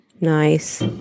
Nice